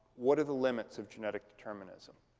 what are the limits of genetic determinism?